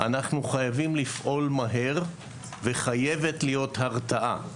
אנחנו חייבים לפעול מהר וחייבת להיות הרתעה.